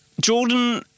Jordan